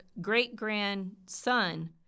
great-grandson